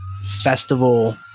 festival